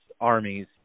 armies